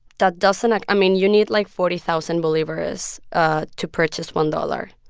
that doesn't i mean, you need, like, forty thousand bolivares ah to purchase one dollars,